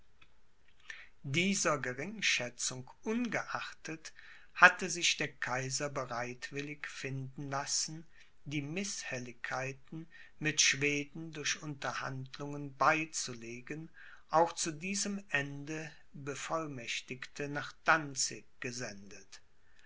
dieser geringschätzung ungeachtet hatte sich der kaiser bereitwillig finden lassen die mißhelligkeiten mit schweden durch unterhandlungen beizulegen auch zu diesem ende bevollmächtigte nach danzig gesendet